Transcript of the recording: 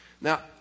Now